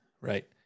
right